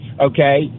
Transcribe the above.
Okay